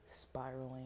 spiraling